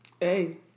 hey